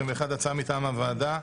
הצעה מטעם הוועדה,